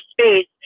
space